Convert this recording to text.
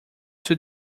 two